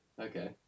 Okay